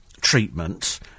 treatment